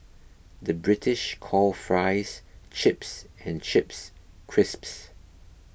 the British call Fries Chips and Chips Crisps